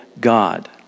God